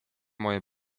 moje